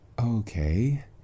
Okay